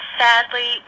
sadly